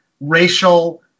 racial